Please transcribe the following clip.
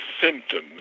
symptoms